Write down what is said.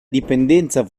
dipendenza